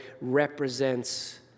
represents